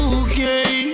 okay